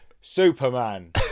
Superman